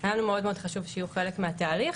היה לנו מאוד חשוב שיהיו חלק מהתהליך,